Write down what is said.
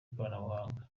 ikoranabuhanga